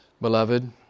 Beloved